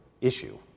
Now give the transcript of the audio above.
issue